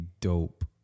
dope